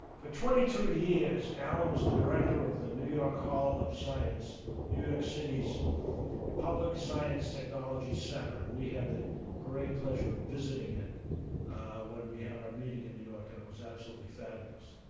for twenty two years, allen was the director of the new york hall of science new york city's public science technology center, and we had the great pleasure of visiting it when we had our meeting in new york, and it was absolutely fabulous.